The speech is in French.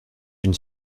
une